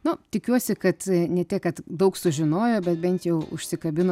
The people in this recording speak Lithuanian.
nu tikiuosi kad ne tiek kad daug sužinojo bet bent jau užsikabino